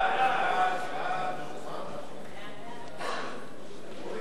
ההצעה להעביר